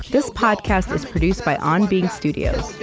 this podcast is produced by on being studios,